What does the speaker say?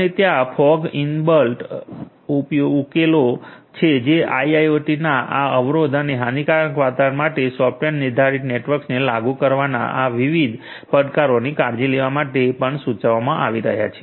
અને ત્યાં fog enabled ઉકેલો છે જે આઇઆઇઓટીના આ અવરોધ અને હાનિકારક વાતાવરણ માટે સોફ્ટવેર નિર્ધારિત નેટવર્ક્સને લાગુ કરવાના આ વિવિધ પડકારોની કાળજી લેવા માટે પણ સૂચવવામાં આવી રહ્યા છે